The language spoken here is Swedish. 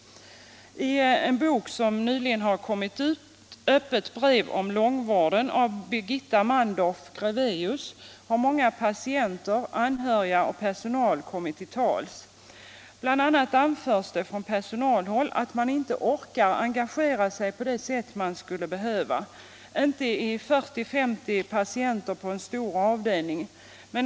I en bok som nyligen kommit ut, Öppet brev om långvården av Birgitta Mandorf-Grevaeus, har många patienter, anhöriga och personal kommit till tals. Bl. a. anförs det från personalhåll att man inte orkar engagera sig på det sätt man skulle behöva i 40-50 patienter på en stor avdelning.